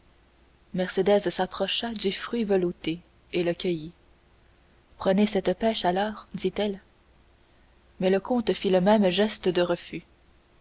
serre mercédès s'approcha du fruit velouté et le cueillit prenez cette pêche alors dit-elle mais le comte fit le même geste de refus